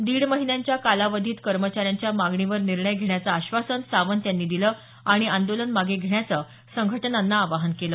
दीड महिन्यांच्या कालावधीत कर्मचाऱ्यांच्या मागणीवर निर्णय घेण्याचे आश्वासन सावंत यांनी दिलं आणि आंदोलन मागे घेण्याचं संघटनांना आवाहन केलं